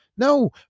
No